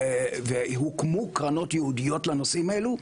הוקמו קרנות ייעודיות לנושאים האלו,